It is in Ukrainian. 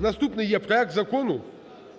Наступний є Проект Закону